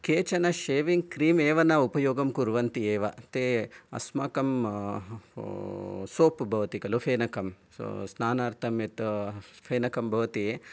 केचन shaving cream एव न उपयोगं कुर्वन्ति एव ते अस्माकं सोप् भवति खलु फेनकं स्नानार्थं यत् फेनकं भवति